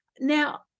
now